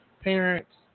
Parents